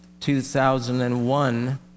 2001